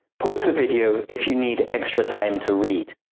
pause the video if you need extra time to read.